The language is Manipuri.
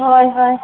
ꯍꯣꯏ ꯍꯣꯏ